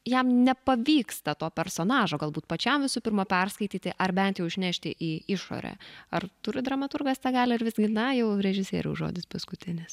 jam nepavyksta to personažo galbūt pačiam visų pirma perskaityti ar bent jau išnešti į išorę ar turi dramaturgas tą galią ar visgi na jau režisieriaus žodis paskutinis